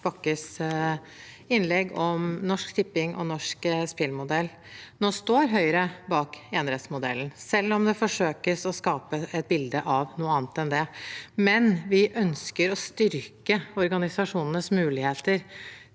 Bakkes innlegg om Norsk Tipping og norsk spillmodell. Høyre står bak enerettsmodellen, selv om det forsøkes å skape et bilde av noe annet, men vi ønsker å styrke organisasjonenes muligheter